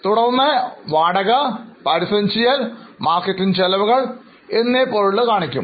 തുടർന്ന് വാടക പരസ്യം ചെയ്യൽ മാർക്കറ്റിങ് ചെലവുകൾ എന്നിവ പോലുള്ള കാണിക്കും